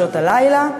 בשעות הלילה.